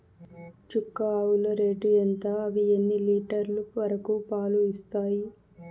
చుక్క ఆవుల రేటు ఎంత? అవి ఎన్ని లీటర్లు వరకు పాలు ఇస్తాయి?